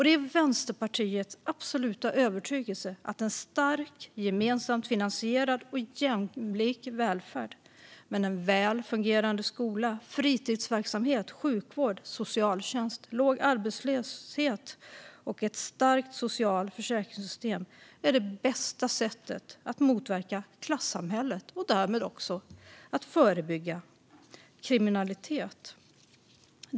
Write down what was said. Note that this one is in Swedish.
Det är Vänsterpartiets absoluta övertygelse att en stark, gemensamt finansierad och jämlik välfärd med en väl fungerande skola, fritidsverksamhet, sjukvård, socialtjänst, låg arbetslöshet och ett starkt socialt försäkringssystem är det bästa sättet att motverka klassamhället och därmed också förebygga kriminalitet.